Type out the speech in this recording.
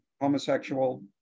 homosexual